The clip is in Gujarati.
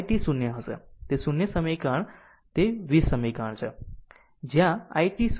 તે 0 તે સમીકરણ 20 3 છે જ્યાં i t 0 છે